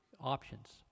options